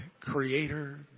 creator